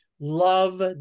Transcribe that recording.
love